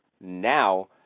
now